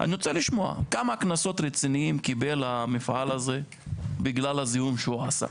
אני רוצה לשמוע כמה קנסות רציניים קיבל המפעל הזה בגלל הזיהום שהוא עשה?